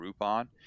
Groupon